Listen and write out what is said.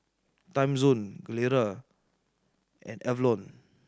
Timezone Gelare and Avalon